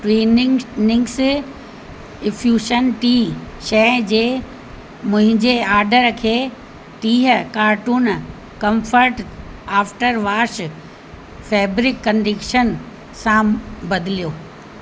twinning निंग्स infusion tea शइ जे मुंहिंजे आडर खे टीह carton comfort after wash fabric condition सां बदिलियो